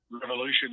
revolution